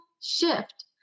shift